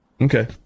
Okay